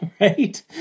right